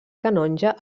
canonja